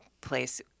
place